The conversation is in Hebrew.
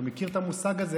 אתה מכיר את המושג הזה?